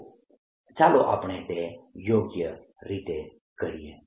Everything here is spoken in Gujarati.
તો ચાલો આપણે તે યોગ્ય રીતે કરીએ